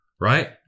right